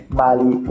bali